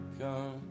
come